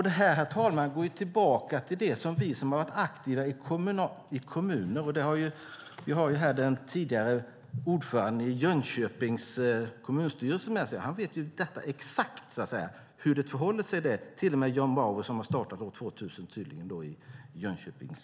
Det här, herr talman, går tillbaka till oss som har varit aktiva i kommuner. Den tidigare ordföranden i Jönköpings kommunstyrelse har fått lära sig det; han vet exakt hur det förhåller sig där. Det gäller till och med John Bauer som tydligen startades år 2000 i Jönköping.